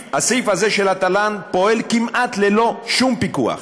הסעיף הזה של התל"ן פועל כמעט ללא שום פיקוח.